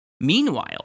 Meanwhile